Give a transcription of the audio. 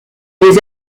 les